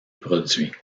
produits